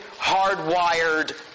hardwired